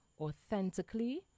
authentically